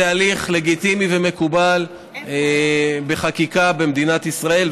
זה הליך לגיטימי ומקובל בחקיקה במדינת ישראל,